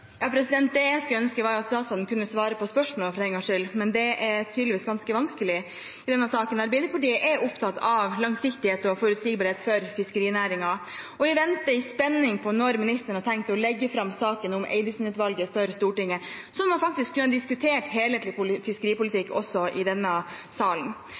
Det jeg skulle ønske, var at statsråden for en gangs skyld kunne svare på spørsmålet, men det er tydeligvis ganske vanskelig i denne saken. Arbeiderpartiet er opptatt av langsiktighet og forutsigbarhet for fiskerinæringen, og vi venter i spenning på når ministeren har tenkt å legge fram saken om Eidesen-utvalget for Stortinget, så man faktisk kunne diskutert helhetlig fiskeripolitikk også i denne salen.